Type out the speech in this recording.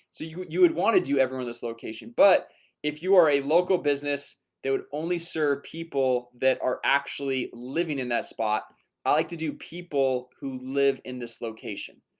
so you you would want to do everyone this location? but if you are a local business that would only serve people that are actually living in that spot i like to do people who live in this location,